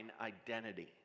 identity